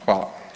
Hvala.